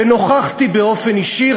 ונוכחתי באופן אישי,